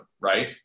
right